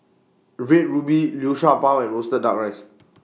Red Ruby Liu Sha Bao and Roasted Duck Rice